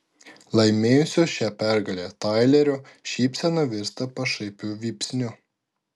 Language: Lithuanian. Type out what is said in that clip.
laimėjusio šią pergalę tailerio šypsena virsta pašaipiu vypsniu